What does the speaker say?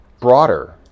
broader